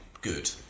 good